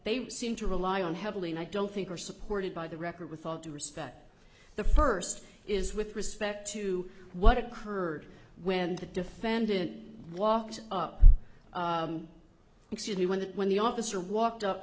they seem to rely on heavily and i don't think are supported by the record with all due respect the first is with respect to what occurred when the defendant walked up excuse me when that when the officer walked up